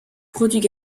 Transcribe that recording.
produits